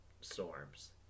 storms